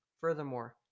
Furthermore